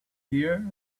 here